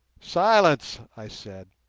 silence! i said.